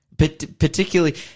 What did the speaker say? particularly